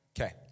Okay